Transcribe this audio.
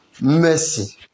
mercy